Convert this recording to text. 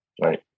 right